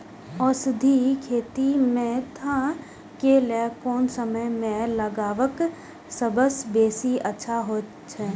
औषधि खेती मेंथा के लेल कोन समय में लगवाक सबसँ बेसी अच्छा होयत अछि?